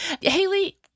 Haley